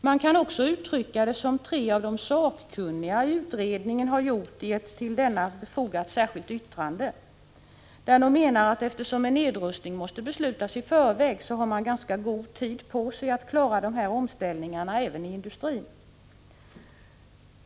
Man kan också uttrycka det som tre av de sakkunniga i utredningen har gjort i ett till utredningens betänkande fogat särskilt yttrande, där man menar att eftersom en nedrustning måste beslutas i förväg har man ganska god tid på sig att klara omställningarna även i industrin.